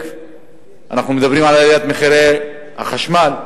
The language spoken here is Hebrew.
אנחנו מדברים על עליית מחירי החשמל,